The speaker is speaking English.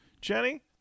Jenny